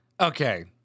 Okay